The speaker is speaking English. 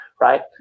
Right